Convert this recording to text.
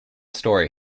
story